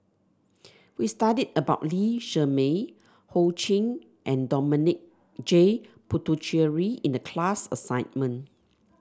we studied about Lee Shermay Ho Ching and Dominic J Puthucheary in the class assignment